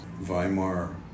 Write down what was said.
Weimar